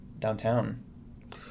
downtown